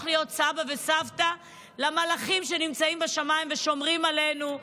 להיות סבא וסבתא למלאכים שנמצאים בשמיים ושומרים עלינו.